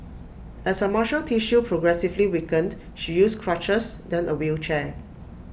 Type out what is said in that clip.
as her muscle tissue progressively weakened she used crutches then A wheelchair